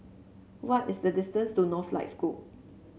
what is the distance to Northlight School